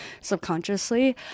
subconsciously